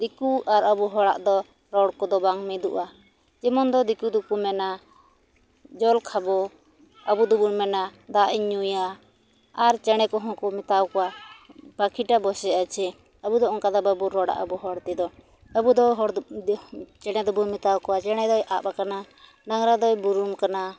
ᱫᱤᱠᱩ ᱟᱨ ᱟᱵᱚ ᱦᱚᱲᱟᱜ ᱫᱚ ᱨᱚᱲ ᱠᱚᱫᱚ ᱵᱟᱝ ᱢᱤᱫᱚᱜᱼᱟ ᱡᱮᱢᱚᱱ ᱫᱚ ᱫᱤᱠᱩ ᱫᱚᱠᱚ ᱢᱮᱱᱟ ᱡᱚᱞ ᱠᱷᱟᱵᱚ ᱟᱵᱚᱫᱚᱵᱚᱱ ᱢᱮᱱᱟ ᱫᱟᱜ ᱤᱧ ᱧᱩᱭᱟ ᱟᱨ ᱪᱮᱬᱮ ᱠᱚᱦᱚᱸ ᱠᱚ ᱢᱮᱛᱟᱣᱟᱠᱚᱣᱟ ᱯᱟᱠᱷᱤᱴᱟ ᱵᱚᱥᱮ ᱟᱪᱷᱮ ᱟᱵᱚ ᱫᱚ ᱚᱱᱠᱟ ᱫᱚ ᱵᱟᱵᱚ ᱨᱚᱲᱟ ᱟᱵᱚ ᱦᱚᱲ ᱛᱮᱫᱚ ᱟᱵᱚ ᱫᱚ ᱦᱚᱲ ᱫᱚ ᱪᱮᱬᱮ ᱫᱚᱵᱚᱱ ᱢᱮᱛᱟᱣᱟᱠᱚᱣᱟ ᱪᱮᱬᱮ ᱫᱚᱭ ᱟᱵ ᱟᱠᱟᱱᱟ ᱰᱟᱝᱨᱟ ᱫᱚᱭ ᱵᱩᱨᱩᱢ ᱟᱠᱟᱱᱟ